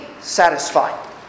satisfied